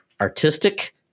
artistic